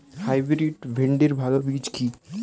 Hybrid ভিন্ডির ভালো বীজ কি?